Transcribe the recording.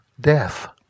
death